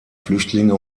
flüchtlinge